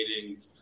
dating